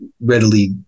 readily